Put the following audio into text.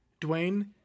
Dwayne